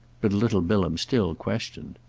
but little bilham still questioned.